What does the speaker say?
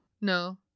No